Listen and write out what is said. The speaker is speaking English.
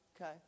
Okay